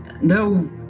No